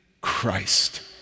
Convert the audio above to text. Christ